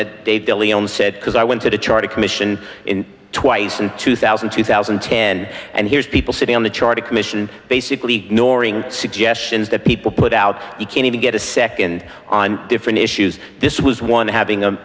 that they believe because i went to the charter commission in twice in two thousand two thousand and ten and here's people sitting on the charter commission basically ignoring suggestions that people put out you can't even get a second on different issues this was one having a